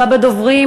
הבא בדוברים,